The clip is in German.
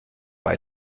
bei